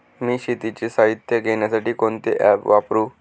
मी शेतीचे साहित्य घेण्यासाठी कोणते ॲप वापरु?